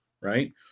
right